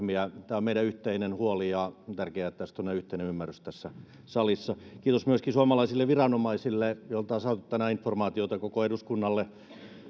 tämä on meidän yhteinen huolemme ja on tärkeää että tästä on yhteinen ymmärrys tässä salissa kiitos myöskin suomalaisille viranomaisille joilta on saatu tänään informaatiota koko eduskunnalle